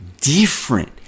different